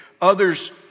others